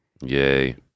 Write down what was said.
Yay